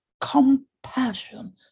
compassion